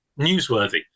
newsworthy